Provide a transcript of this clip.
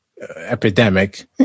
epidemic